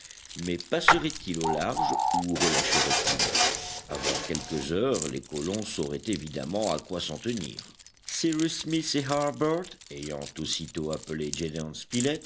mais passerait il au large ou relâcherait il avant quelques heures les colons sauraient évidemment à quoi s'en tenir cyrus smith et harbert ayant aussitôt appelé